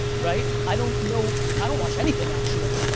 right? i don't know, i don't watch anything actually,